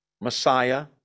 Messiah